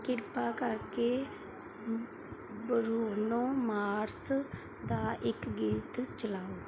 ਕਿਰਪਾ ਕਰਕੇ Bruno Mars ਦਾ ਇੱਕ ਗੀਤ ਚਲਾਓ